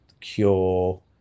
Cure